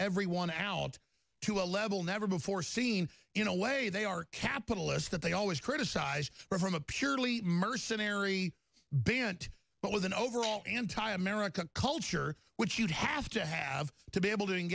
everyone out to a level never before seen in a way they are capitalists that they always criticize from a purely mercenary bant but with an overall anti american culture which you'd have to have to be able to